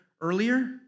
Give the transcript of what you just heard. earlier